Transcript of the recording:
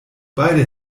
beide